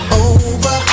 over